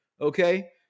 Okay